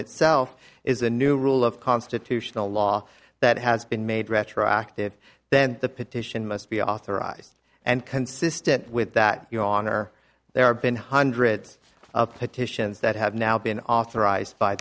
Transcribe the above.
itself is a new rule of constitutional law that has been made retroactive then the petition must be authorized and consistent with that your honor there are been hundreds of petitions that have now been authorized